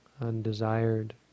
undesired